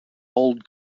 old